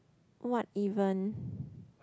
what even